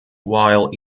while